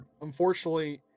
unfortunately